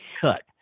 cut